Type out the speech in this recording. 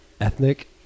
ethnic